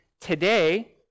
today